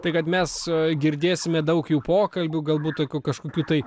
tai kad mes girdėsime daug jų pokalbių galbūt tokių kažkokių tai